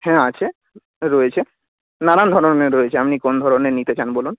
হ্যাঁ আছে রয়েছে নানান ধরনের রয়েছে আপনি কোন ধরনের নিতে চান বলুন